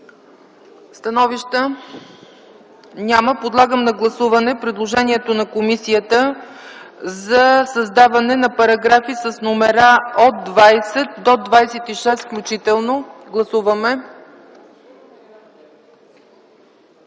Становища? Няма. Подлагам на гласуване предложението на комисията за създаване на параграфи с номера от 20 до 26 включително. Гласували